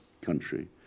country